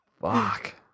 Fuck